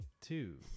two